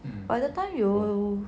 by the time you